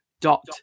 dot